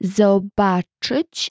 zobaczyć